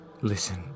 Listen